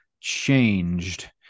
changed